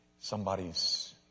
somebody's